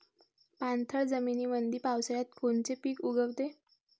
पाणथळ जमीनीमंदी पावसाळ्यात कोनचे पिक उगवते?